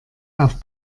auf